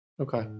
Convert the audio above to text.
Okay